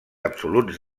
absoluts